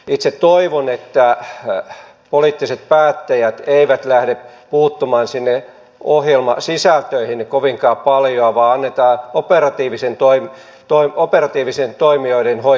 itse toivon että poliittiset päättäjät eivät lähde puuttumaan sinne ohjelmasisältöihin kovinkaan paljoa vaan annetaan operatiivisten toimijoiden hoitaa se asia